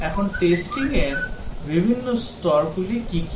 এখন টেস্টিং এর বিভিন্ন স্তর গুলি কি কি